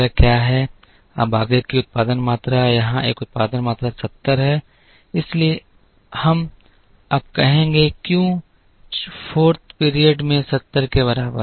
अब आगे की उत्पादन मात्रा यहाँ एक उत्पादन मात्रा 70 है इसलिए हम अब कहेंगे क्यू 4 70 के बराबर है